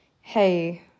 hey